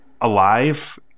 alive